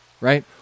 right